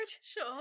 sure